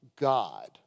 God